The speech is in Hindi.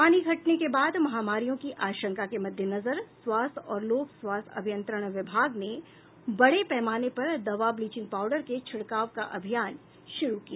पानी घटने के बाद महामारियों की आशंका के मद्देनजर स्वास्थ्य और लोक स्वास्थ्य अभियंत्रण विभाग ने बडे पैमाने पर दवा ब्लिचिंग पाउडर के छिड़काव का अभियान शुरू किया है